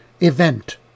event